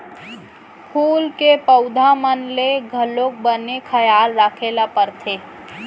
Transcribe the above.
फूल के पउधा मन के घलौक बने खयाल राखे ल परथे